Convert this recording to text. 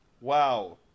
Wow